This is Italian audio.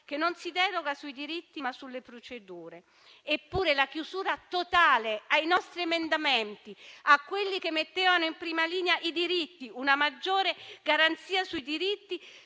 che non si deroga sui diritti, ma sulle procedure. Eppure la chiusura totale verso i nostri emendamenti, verso quelli che mettevano in prima linea una maggiore garanzia sui diritti,